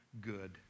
good